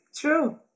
True